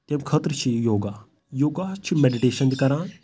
تَمہِ خٲطرٕ چھِ یہِ یوگا یوگا چھُ مٮ۪ڈِٹیشَن تہِ کَران